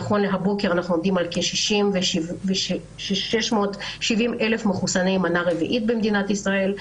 נכון להבוקר אנחנו עומדים על כ-670 אלף מחוסני מנה רביעית במדינת ישראל,